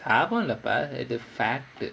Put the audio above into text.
சாபம் இல்லப்பா இது:saabam illappaa ithu fact